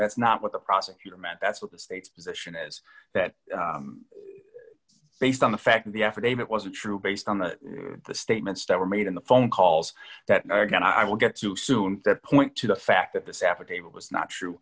that's not what the prosecutor meant that's what the state's position is that based on the fact the affidavit wasn't true based on the statements that were made in the phone calls that again i will get to soon that point to the fact that this affidavit was not true